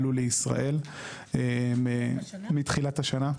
עלו לישראל מתחילת השנה,